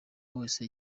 wese